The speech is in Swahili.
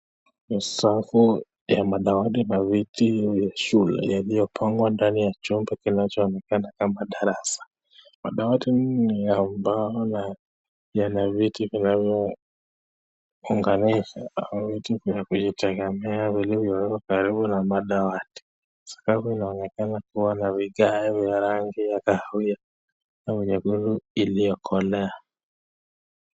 Ni safu ya madawati na viti ya shule iliyopangwa ndani ya chumba kinachoonekana kama darasa. Madawati ni ya mbao na yana viti vinavyounganishwa au viti vya kujitegemea vilivyowekwa karibu na madawati. Sakafu inaonekana kuwa na vigae vya rangi ya kahawia na mjegeu uliokolea.